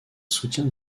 soutien